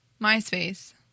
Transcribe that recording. MySpace